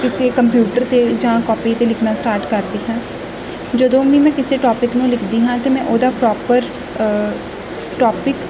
ਕਿਸੇ ਕੰਪਿਊਟਰ 'ਤੇ ਜਾਂ ਕੋਪੀ 'ਤੇ ਲਿਖਣਾ ਸਟਾਰਟ ਕਰਦੀ ਹਾਂ ਜਦੋਂ ਵੀ ਮੈਂ ਕਿਸੇ ਟੋਪਿਕ ਨੂੰ ਲਿਖਦੀ ਹਾਂ ਅਤੇ ਮੈਂ ਉਹਦਾ ਪ੍ਰੋਪਰ ਟੋਪਿਕ